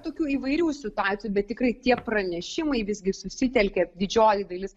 tokių įvairių situacijų bet tikrai tie pranešimai visgi susitelkia didžioji dalis